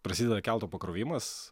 prasideda kelto pakrovimas